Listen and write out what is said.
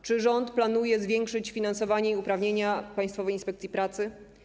Czy rząd planuje zwiększyć finansowanie i uprawnienia Państwowej Inspekcji Pracy?